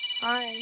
Hi